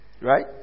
right